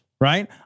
Right